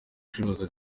gucuruza